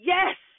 Yes